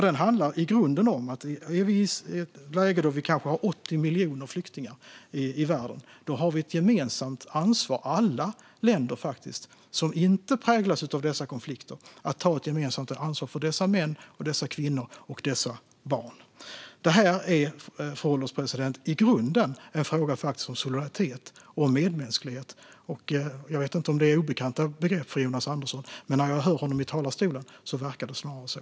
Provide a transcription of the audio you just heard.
Den handlar i grunden om att i ett läge där vi har kanske 80 miljoner flyktingar i världen måste alla länder som inte präglas av dessa konflikter ta ett gemensamt ansvar för dessa män, dessa kvinnor och dessa barn. Detta, fru ålderspresident, är i grunden en fråga om solidaritet och medmänsklighet. Jag vet inte om det är obekanta begrepp för Jonas Andersson. När jag honom i talarstolen verkar det så.